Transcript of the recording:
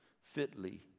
fitly